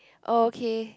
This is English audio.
oh okay